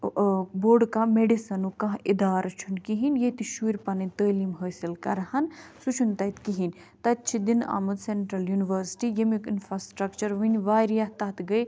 ٲں بوٚڑ کانٛہہ میٚڈِسَنُک کانٛہہ اِدارٕ چھُنہٕ کِہیٖنۍ ییٚتہِ شُرۍ پَنٕنۍ تعلیٖم حٲصِل کَرہان سُہ چھُنہٕ تَتہِ کِہیٖنۍ تَتہِ چھِ دِنہٕ آمُت سیٚنٹرٛل یونورسٹی ییٚمیُک اِنفرٛاسٹرکچَر وُنہِ واریاہ تَتھ گٔے